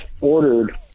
ordered